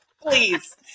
Please